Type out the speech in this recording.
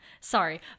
Sorry